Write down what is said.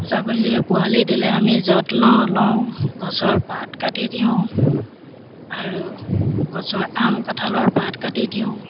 ছাগলীয়ে পোৱালি দিলে আমি যত্ন লওঁ লওঁ গছৰ পাত কাটি দিওঁ আৰু গছৰ আম কঁঠালৰ পাত কাটি দিওঁ